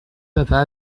papa